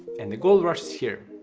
and the gold rush is here.